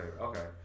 Okay